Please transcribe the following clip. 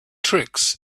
tricks